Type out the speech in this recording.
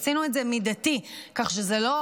עשינו את זה מידתי, כך שזה לא